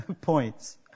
points